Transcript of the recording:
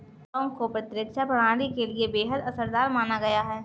लौंग को प्रतिरक्षा प्रणाली के लिए बेहद असरदार माना गया है